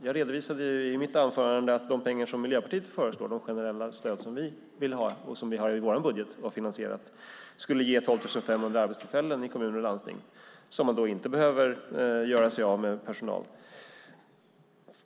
Jag redovisade i mitt anförande att de pengar som Miljöpartiet föreslår, de generella stöd vi har finansierat i vår budget, skulle ge 12 500 arbetstillfällen i kommuner och landsting så att man inte behöver göra sig av med personal.